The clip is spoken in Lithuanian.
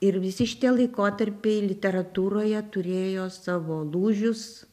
ir visi šitie laikotarpiai literatūroje turėjo savo lūžius